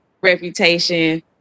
reputation